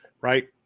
right